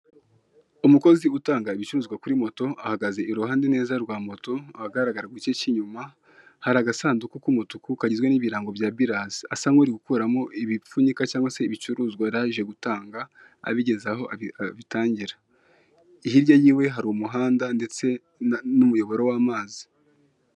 Umukozi utanga ibicuruzwa kuri moto ahagaze iruhande neza rwa moto ahagaragara ku igice k'inyuma hari agasanduku k'umutuku kagizwe n'ibirango bya bilanse asa nk'uru gukuramo ibipfunyika cyangwa se ibicuruzwa yari aje gutanga abigeza aho abitangira hirya yiwe hari umuhanda ndetse n'umuyoboro w'amazi.